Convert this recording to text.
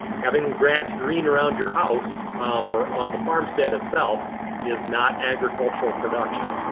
having grass green around your house or on the farmstead itself is not agricultural production.